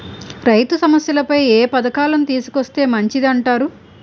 రైతు సమస్యలపై ఏ పథకాలను తీసుకొస్తే మంచిదంటారు?